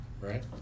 right